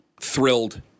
thrilled